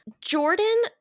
Jordan